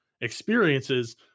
experiences